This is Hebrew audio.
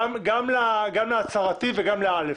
גם להצהרתי וגם ל-א'.